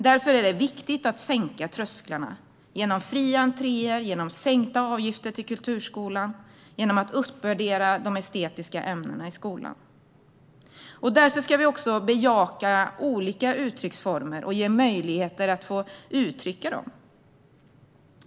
Därför är det viktigt att sänka trösklarna genom fria entréer och genom sänkta avgifter till kulturskolan och genom att uppvärdera de estetiska ämnena i skolan. Därför ska vi också bejaka olika uttrycksformer och ge människor möjligheter att ta del av dem.